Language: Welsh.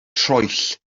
troell